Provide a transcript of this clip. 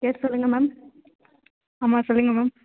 yes சொல்லுங்கள் ma'am ஆமாம் சொல்லுங்கள் மேம்